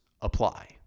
apply